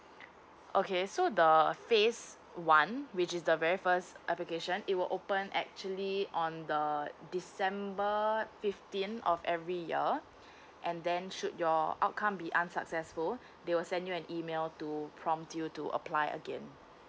okay so the err phase one which is the very first application it will open actually on the uh december fifteen of every year and then should your outcome be unsuccessful they will send you an email to prompt you to apply again